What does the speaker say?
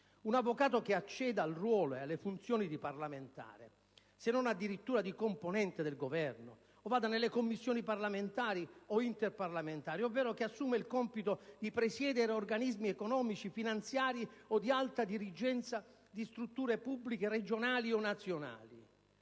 un avvocato che acceda al ruolo ed alle funzioni di parlamentare, se non addirittura di componente del Governo, che vada nelle Commissioni parlamentari o interparlamentari, ovvero che assuma il compito di presiedere organismi economici, finanziari o di alta dirigenza di strutture pubbliche regionali o nazionali.